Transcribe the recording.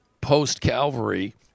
post-Calvary